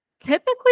typically